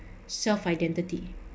self identity